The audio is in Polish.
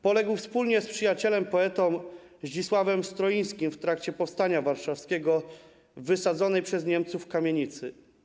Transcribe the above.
Poległ wspólnie z przyjacielem poetą Zdzisławem Stroińskim w trakcie powstania warszawskiego w wysadzonej przez Niemców kamienicy.